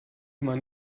man